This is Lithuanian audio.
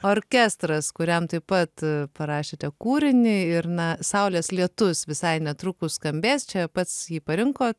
orkestras kuriam taip pat parašėte kūrinį ir na saulės lietus visai netrukus skambės čia pats jį parinkot